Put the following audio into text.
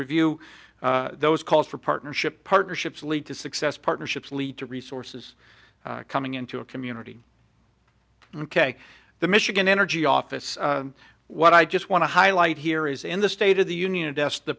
review those calls for partnership partnerships lead to success partnerships lead to resources coming into a community ok the michigan energy office what i just want to highlight here is in the state of the union address the